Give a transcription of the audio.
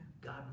God